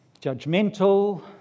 judgmental